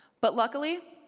but luckily,